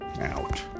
out